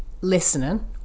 listening